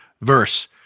verse